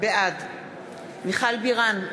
בעד מיכל בירן,